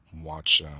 watch